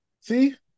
see